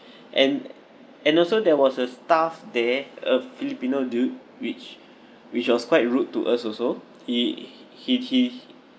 and and also there was a staff there a filipino dude which which was quite rude to us also he he he